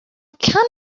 can